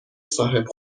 صاحب